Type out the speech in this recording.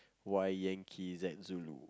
Y yankee Z zoo